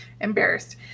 embarrassed